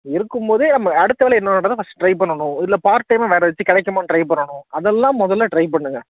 இருக்கும்போதே நம்ம அடுத்த வேலை என்னன்றதை ஃபஸ்ட் ட்ரை பண்ணனும் இல்லை பார்ட் டைமாக வேற ஏதாச்சும் கிடைக்குமானு பண்ண ட்ரை பண்ணனும் அதெல்லாம் முதல்ல ட்ரை பண்ணுங்கள்